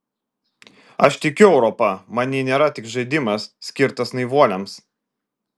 aš tikiu europa man ji nėra tik žaidimas skirtas naivuoliams